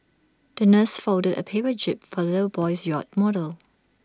the nurse folded A paper jib for little boy's yacht model